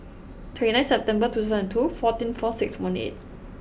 twenty nine September two thousand two fourteen four six one eight